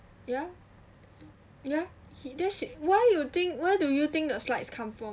ya ya he did sent why you think where do you think the slides come from